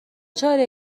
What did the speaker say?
چاره